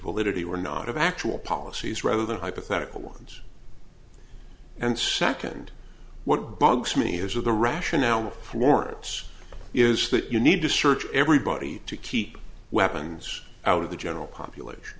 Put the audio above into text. validity or not of actual policies rather than hypothetical ones and second what bugs me is where the rationale for lawrence is that you need to search everybody to keep weapons out of the general population